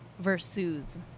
Versus